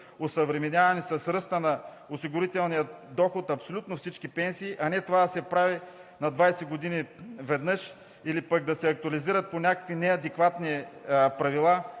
осъвременявани с ръста на осигурителния доход абсолютно всички пенсии, а не това да се прави веднъж на 20 години или пък да се актуализират по някакви неадекватни правила